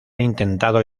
intentado